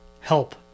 help